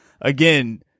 again